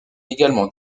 également